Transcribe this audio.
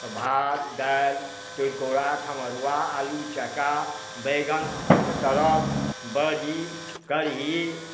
भात दालि तिलकोरा खमहरुवा अल्लू चक्का बैगन के तरल बड़ी कड़ही